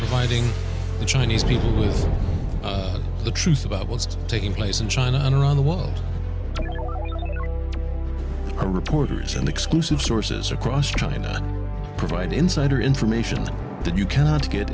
providing the chinese people with the truth about what's taking place in china and around the world are reporters and exclusive sources across china provide insider information that you cannot get